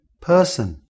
person